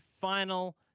final